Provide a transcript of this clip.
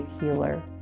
healer